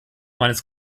meines